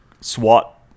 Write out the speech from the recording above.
SWAT